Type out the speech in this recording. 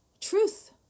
truth